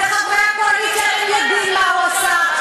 וחברי הקואליציה, הם יודעים מה הוא עשה.